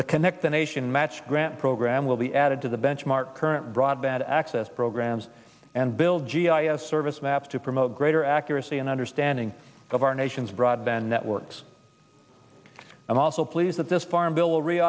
to connect the nation match grant program will be added to the benchmark current broadband access programs and build g i s service maps to promote greater accuracy and understanding of our nation's broadband networks and also please that this farm bill